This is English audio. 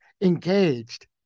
engaged